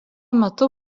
metu